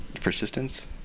persistence